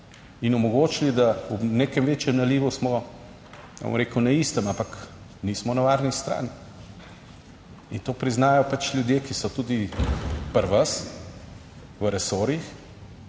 in omogočili, da v nekem večjem nalivu smo, ne bom rekel, na istem, ampak nismo na varni strani. In to priznajo pač ljudje, ki so tudi pri vas v resorjih.